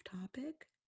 topic